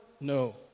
No